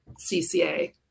cca